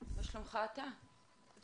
פרטית.